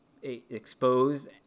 exposed